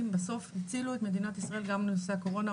בסוף הצילו את מדינת ישראל גם בנושא הקורונה,